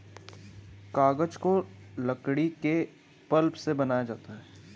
कागज को लकड़ी के पल्प से बनाया जाता है